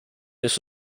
this